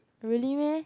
really meh